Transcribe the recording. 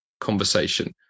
conversation